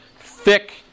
thick